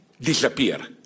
disappear